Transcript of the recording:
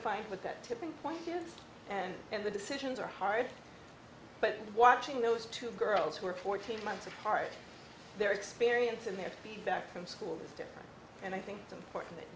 find with that tipping point and in the decisions are hard but watching those two girls who are fourteen months apart their experience and their feedback from school is different and i think it's important that